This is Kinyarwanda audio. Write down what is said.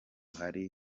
harimo